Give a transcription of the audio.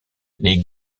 les